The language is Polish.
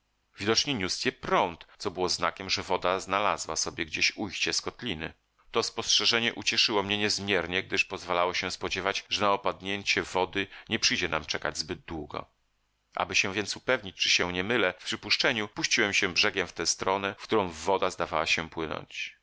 widocznie niósł je prąd co było znakiem że woda znalazła sobie gdzieś ujście z kotliny to spostrzeżenie ucieszyło mnie niezmiernie gdyż pozwalało się spodziewać że na opadnięcie wody nie przyjdzie nam czekać zbyt długo aby się więc upewnić czy się nie mylę w przypuszczeniu puściłem się brzegiem w tę stronę w którą woda zdawała się płynąć